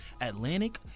Atlantic